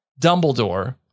Dumbledore